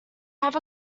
have